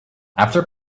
after